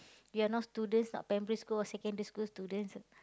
we are not students not primary school or secondary school students